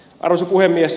arvoisa puhemies